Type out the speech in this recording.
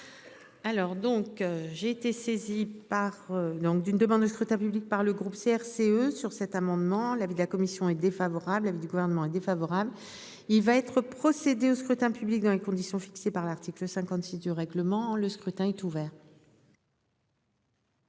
Alors donc j'ai été saisi par donc d'une demande de scrutin public par le groupe CRCE sur cet amendement, l'avis de la commission est défavorable du gouvernement est défavorable, il va être procédé au scrutin public dans les conditions fixées par l'article 56 du règlement, le scrutin est ouvert.